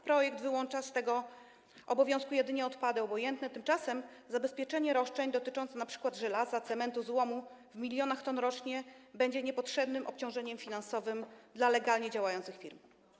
Projekt wyłącza z tego obowiązku jedynie odpady obojętne, tymczasem zabezpieczenie roszczeń dotyczące np. żelaza, cementu, złomu w milionach ton rocznie będzie niepotrzebnym obciążeniem finansowym dla legalnie działających firm.